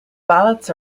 ballots